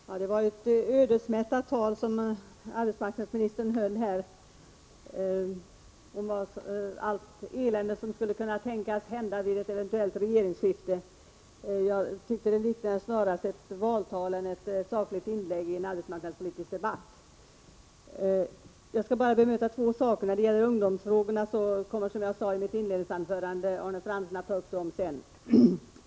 Fru talman! Det var ett ödesmättat tal som arbetsmarknadsministern höll. Hon nämnde allt elände som skulle kunna tänkas hända vid ett eventuellt regeringsskifte. Det liknade snarare ett valtal än ett sakligt inlägg i en arbetsmarknadspolitisk debatt. Jag skall bara bemöta två saker. Ungdomsfrågorna kommer, som jag sade i mitt inledningsanförande, Arne Fransson att ta upp.